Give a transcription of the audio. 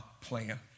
plan